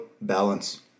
balance